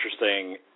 interesting